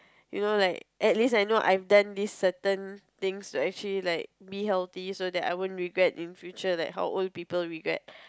you know like at least I know I've done these certain things to actually like be healthy so that I won't regret in the future like how old people regret